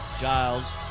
Giles